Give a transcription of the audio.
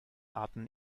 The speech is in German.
arten